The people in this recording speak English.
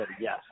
yes